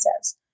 says